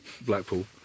Blackpool